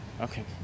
Okay